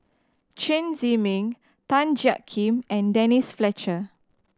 Chen Zhiming Tan Jiak Kim and Denise Fletcher